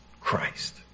Christ